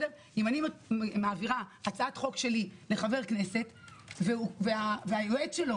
אם אני מעבירה הצעת חוק שלי לחבר כנסת והיועץ שלו